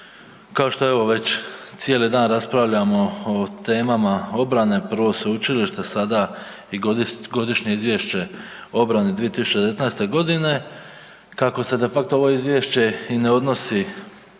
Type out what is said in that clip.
kao što evo već cijeli dan raspravljamo o temama obrane prvo sveučilište sada i Godišnje izvješće o obrani 2019. godini kako se de facto ovo izvješće i ne odnosi